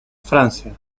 francia